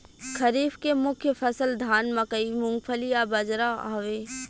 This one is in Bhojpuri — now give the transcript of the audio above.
खरीफ के मुख्य फसल धान मकई मूंगफली आ बजरा हवे